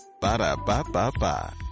Ba-da-ba-ba-ba